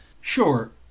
Sure